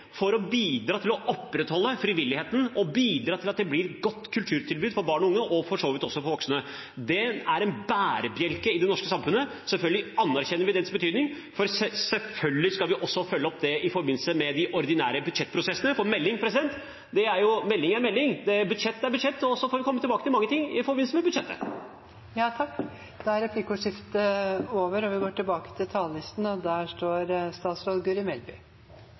for å bidra til å opprettholde og bidra til at det blir et godt kulturtilbud for barn og unge, og for så vidt også for voksne. De er en bærebjelke i det norske samfunnet. Selvfølgelig anerkjenner vi deres betydning, og selvfølgelig skal vi følge opp det i forbindelse med de ordinære budsjettprosessene. En melding er en melding, et budsjett er et budsjett, og så får vi komme tilbake til mange ting i forbindelse med budsjettet. Replikkordskiftet er omme. Jeg er veldig glad for at vi nå har lagt fram en melding med en samlet barne- og